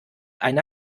eine